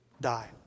die